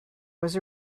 was